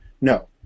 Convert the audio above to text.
No